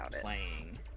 playing